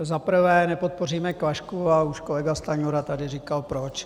Za prvé, nepodpoříme Klašku a už kolega Stanjura tady říkal proč.